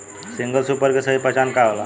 Single super के सही पहचान का होला?